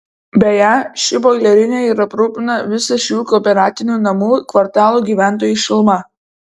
beje ši boilerinė ir aprūpina visą šių kooperatinių namų kvartalų gyventojus šiluma